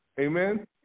Amen